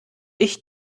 ich